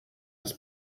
des